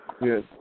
Yes